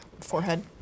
Forehead